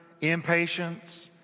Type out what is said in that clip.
impatience